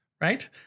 Right